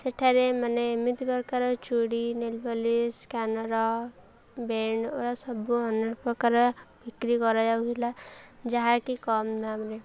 ସେଠାରେ ମାନେ ଏମିତି ପ୍ରକାର ଚୁଡ଼ି ନେଲ୍ ପଲିଶ୍ କାନର ବେଣ୍ଡ ସବୁ ଅନେକ ପ୍ରକାର ବିକ୍ରି କରାଯାଉଥିଲା ଯାହାକି କମ୍ ଦାମରେ